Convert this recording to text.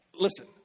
Listen